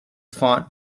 font